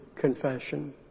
confession